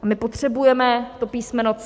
My potřebujeme to písmeno C.